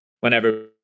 whenever